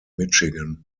michigan